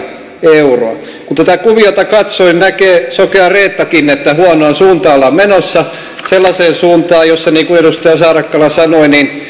euroa kun tätä kuviota katsoo näkee sokea reettakin että huonoon suuntaan ollaan menossa sellaiseen suuntaan jossa niin kuin edustaja saarakkala sanoi